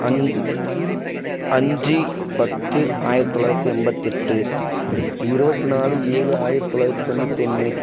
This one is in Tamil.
அஞ்சு பத்து ஆயிரத்து தொள்ளாயிரத்து எண்பத்தெட்டு இருபத்தி நாலு ஏழு ஆயிரத்து தொள்ளாயிரத்து தொண்ணூத்தொன்று